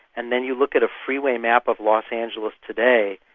and then you look at a freeway map of los angeles today,